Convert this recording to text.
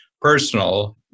personal